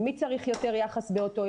מי צריך יותר יחס באותו יום.